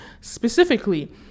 specifically